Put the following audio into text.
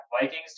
Vikings